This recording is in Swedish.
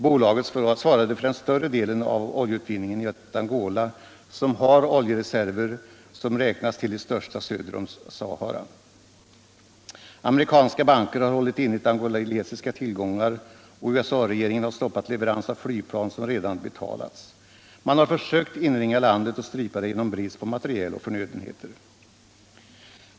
Bolaget svarade för större delen av oljeutvinningen i det Angola som har oljereserver som räknas till de största söder om Sahara. Amerikanska banker har hållit inne angolesiska tillgångar, och USA-regeringen har stoppat leverans av flygplan som redan betalats. Man har försökt inringa landet och strypa det genom att förorsaka brist på materiel och förnödenheter.